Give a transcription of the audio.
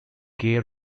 gay